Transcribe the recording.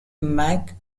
mac